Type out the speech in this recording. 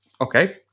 Okay